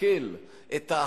לסכל את ההכרעה,